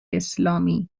اسلامی